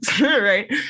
Right